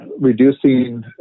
reducing